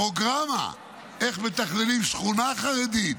פרוגרמה איך מתכננים שכונה חרדית,